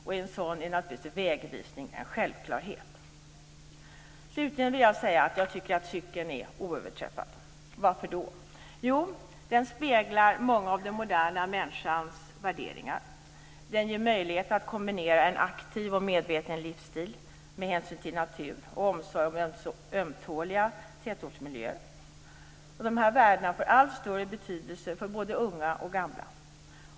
I en sådan plan är vägvisningen en självklarhet. Slutligen: Jag tycker att cykeln är oöverträffad. Varför? Jo, cykeln speglar många av den moderna människans värderingar. Den ger möjlighet att kombinera en aktiv och medveten livsstil med hänsyn till natur och omsorg om ömtåliga tätortsmiljöer. Dessa värden får en allt större betydelse för både unga och gamla.